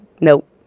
Nope